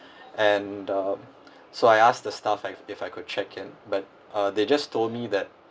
and um so I asked the staff I if I could check in but uh they just told me that